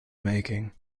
making